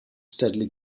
steadily